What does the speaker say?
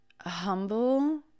humble